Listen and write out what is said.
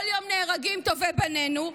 כל יום נהרגים טובי בנינו,